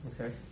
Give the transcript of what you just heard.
Okay